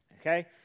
Okay